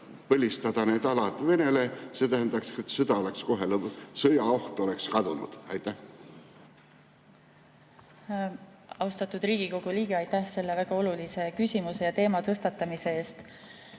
põlistada need alad Venele? See tähendaks, et sõjaoht oleks kohe kadunud. Austatud Riigikogu liige, aitäh selle väga olulise küsimuse ja teema tõstatamise eest!